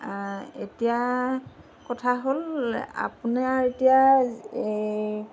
এতিয়া কথা হ'ল আপোনাৰ এতিয়া